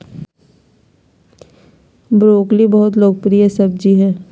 broccoli बहुत लोकप्रिय सब्जी हइ